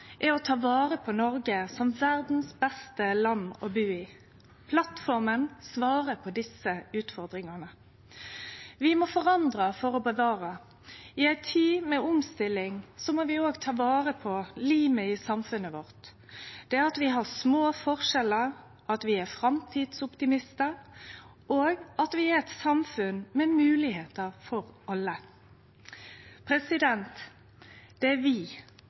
er å ta vare på Noreg som verdas beste land å bu i. Plattforma svarer på desse utfordringane. Vi må forandre for å bevare. I ei tid med omstilling må vi òg ta vare på limet i samfunnet vårt, det at vi har små forskjellar, at vi er framtidsoptimistar, og at vi er eit samfunn med moglegheiter for alle. Det er vi